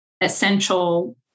essential